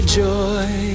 joy